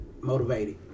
Motivated